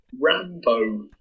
Rambo